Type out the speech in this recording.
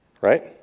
Right